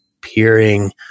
peering